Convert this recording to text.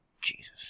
Jesus